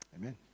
Amen